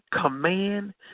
command